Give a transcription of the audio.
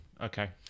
Okay